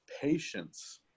patience